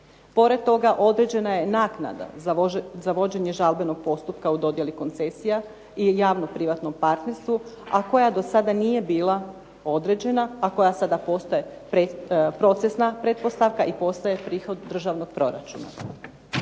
Pored toga određena je i naknada za vođenje žalbenog postupka u dodjeli koncesija u javno privatnom partnerstvu a koja do sada nije bila određena a koja sada postaje procesna pretpostavka i postaje prihod državnog proračuna.